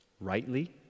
rightly